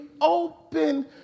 open